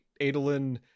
Adolin